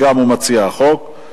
שהוא גם מציע החוק.